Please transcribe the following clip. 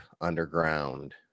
underground